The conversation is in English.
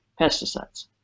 pesticides